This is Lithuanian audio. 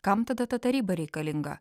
kam tada ta taryba reikalinga